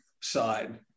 side